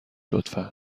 لطفا